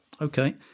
Okay